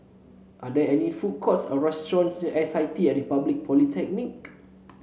are there any food courts or restaurants near S I T at Republic Polytechnic